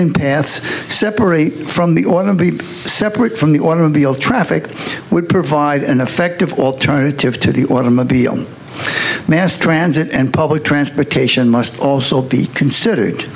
paths separate from the oil to be separate from the automobile traffic would provide an effective alternative to the automobile mass transit and public transportation must also be considered